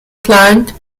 plant